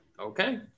Okay